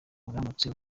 buramutse